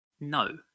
no